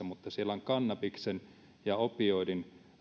mutta siellä on kannabiksen ja opioidien